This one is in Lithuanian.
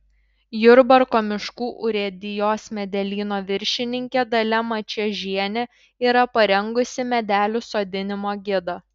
jurbarko miškų urėdijos medelyno viršininkė dalia mačiežienė yra parengusi medelių sodinimo gidą